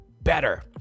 better